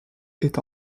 est